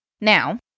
Now